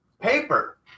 paper